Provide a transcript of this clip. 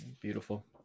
beautiful